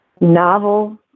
novel